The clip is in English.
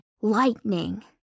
Lightning